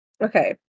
Okay